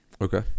Okay